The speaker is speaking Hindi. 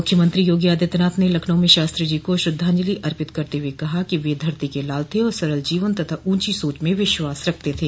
मुख्यमंत्री योगी आदित्यानाथ ने लखनऊ में शास्त्री जी को श्रद्धांजलि अर्पित करते हुए कहा कि वे धरती के लाल थे और सरल जीवन तथा ऊंची सोच में विश्वास रखते थे